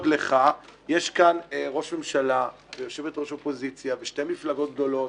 -- יש כאן ראש ממשלה ויושבת-ראש אופוזיציה ושתי מפלגות גדולות